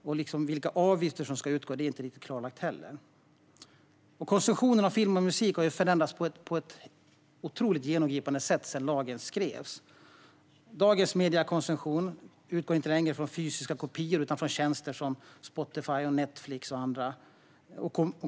Det är inte heller riktigt klarlagt vilka avgifter som ska utgå. Konsumtionen av film och musik har förändrats på ett otroligt genomgripande sätt sedan lagen skrevs. Dagens mediekonsumtion utgår inte längre från fysiska kopior utan från tjänster som Spotify, Netflix och andra.